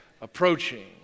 approaching